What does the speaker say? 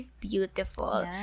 beautiful